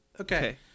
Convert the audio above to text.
Okay